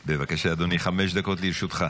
בבקשה, אדוני, חמש דקות לרשותך.